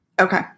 okay